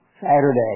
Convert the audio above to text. Saturday